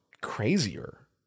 crazier